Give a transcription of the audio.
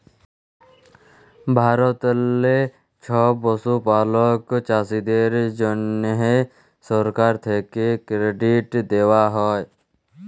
ভারতেললে ছব পশুপালক চাষীদের জ্যনহে সরকার থ্যাকে কেরডিট দেওয়া হ্যয়